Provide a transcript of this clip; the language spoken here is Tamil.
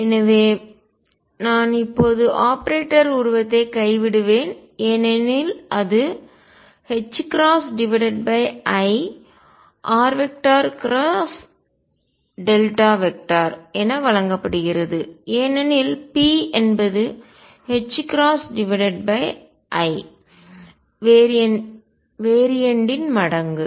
எனவே சிரிப்பு நான் இப்போது ஆபரேட்டர் உருவத்தை கைவிடுவேன் ஏனெனில் அது i என வழங்கப்படுகிறது ஏனெனில் p என்பது i வேரியன்டின் மடங்கு